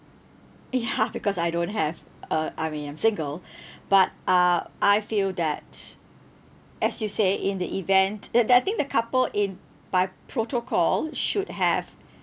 ya because I don't have uh I mean I'm single but uh I feel that as you say in the event that that I think the couple in by protocol should have